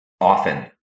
often